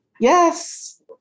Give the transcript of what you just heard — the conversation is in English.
yes